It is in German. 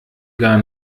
gar